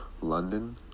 London